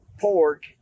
pork